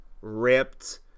Ripped